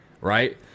right